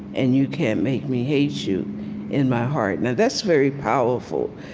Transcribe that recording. and you can't make me hate you in my heart. now that's very powerful,